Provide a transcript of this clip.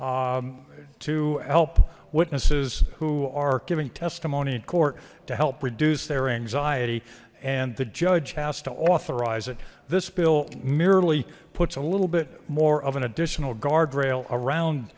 dogs to help witnesses who are giving testimony in court to help reduce their anxiety and the judge has to authorize it this bill merely puts a little bit more of an additional guardrail around